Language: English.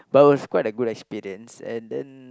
but it was quite a good experience and then